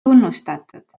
tunnustatud